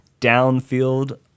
downfield